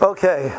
Okay